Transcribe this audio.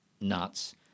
nuts